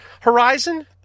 horizon